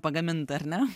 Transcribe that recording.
pagamintą ar ne